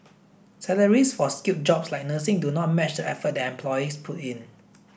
salaries for skilled jobs like nursing do not match the effort that employees put in